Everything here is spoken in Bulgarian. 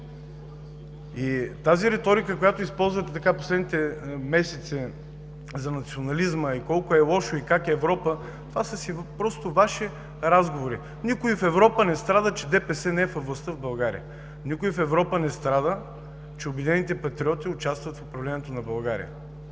Риториката, която използвате в последните месеци за национализма – колко е лошо и как Европа, това са си просто Ваши разговори. Никой в Европа не страда, че ДПС не е във властта в България. Никой в Европа не страда, че „Обединените патриоти“ участват в управлението на България.